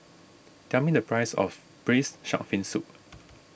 tell me the price of Braised Shark Fin Soup